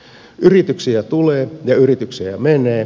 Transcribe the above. yrityksiä tulee ja yrityksiä menee